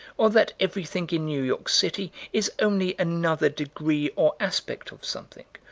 or that everything in new york city is only another degree or aspect of something,